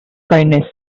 kindness